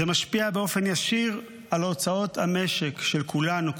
זה משפיע באופן ישיר על ההוצאות המשק של כולנו.